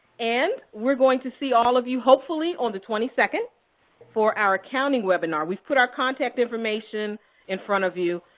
and we're going to see all of you hopefully on the twenty second for our accounting webinar. we've put our contact information in front of you.